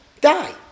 die